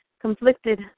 conflicted